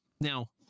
Now